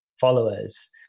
followers